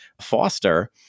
foster